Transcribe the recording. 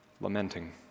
lamenting